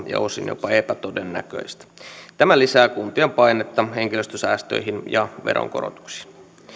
ja osin jopa epätodennäköistä tämä lisää kuntien painetta henkilöstösäästöihin ja veronkorotuksiin